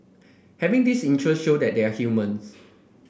having this interest show that they are humans